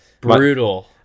brutal